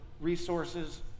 resources